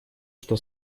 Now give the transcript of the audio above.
что